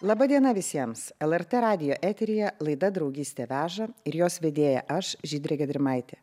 laba diena visiems lrt radijo eteryje laida draugystė veža ir jos vedėja aš žydrė gedrimaitė